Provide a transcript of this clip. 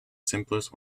simplest